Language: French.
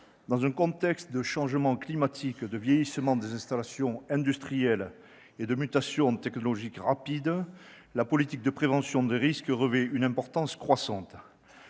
dans un contexte de changement climatique, de vieillissement des installations industrielles et de mutations technologiques rapides, la politique de prévention des risques revêt une importance croissante.